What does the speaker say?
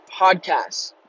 podcasts